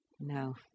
No